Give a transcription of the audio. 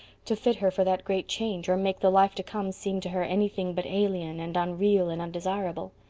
to fit her for that great change, or make the life to come seem to her anything but alien and unreal and undesirable.